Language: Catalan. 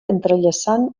entrellaçant